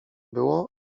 było